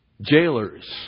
jailers